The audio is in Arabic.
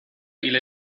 إلى